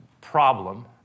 problem